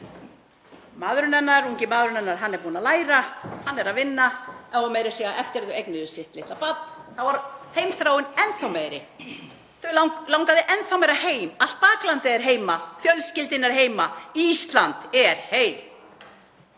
Maðurinn hennar, ungi maðurinn hennar, er búinn að læra, hann er að vinna og meira að segja eftir að þau eignuðust sitt litla barn þá varð heimþráin enn þá meiri. Þau langaði enn þá meira heim. Allt baklandið er heima, fjölskyldurnar heima, Ísland er „heim“.